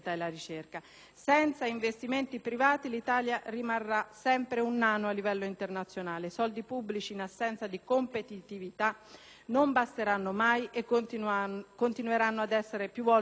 Senza investimenti privati il nostro Paese rimarrà sempre un nano a livello internazionale: i soldi pubblici, in assenza di competitività, non basteranno mai e continueranno ad essere più volte sprecati.